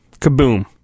kaboom